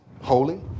Holy